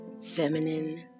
feminine